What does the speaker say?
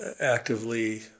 actively